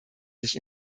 sich